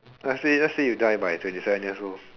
let's say let's say you die by twenty seven years old